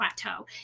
plateau